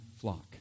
flock